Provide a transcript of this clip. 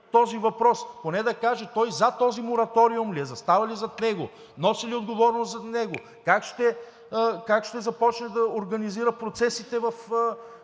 концепция и да каже за този мораториум ли е, застава ли зад него, носи ли отговорност за него, как ще започне да организира процесите в